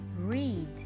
read